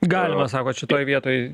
galima sakot šitoj vietoj